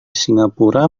singapura